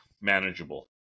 manageable